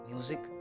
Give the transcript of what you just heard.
Music